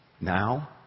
now